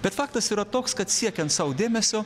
bet faktas yra toks kad siekiant sau dėmesio